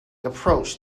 approach